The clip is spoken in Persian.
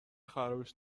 خرابش